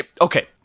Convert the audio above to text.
okay